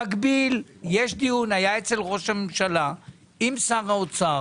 במקביל היה דיון אצל ראש הממשלה עם שר האוצר.